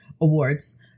Awards